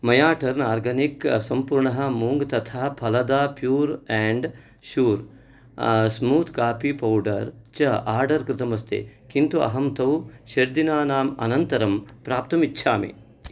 मया turn organic सम्पूर्णः मूङ्ग् तथा फलदा pure and sure smooth coffee powder च आर्डर् कृतमस्ति किन्तु अहं तौ षड् दिनानाम् अनन्तरं प्राप्तुम् इच्छामि